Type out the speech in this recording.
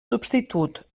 substitut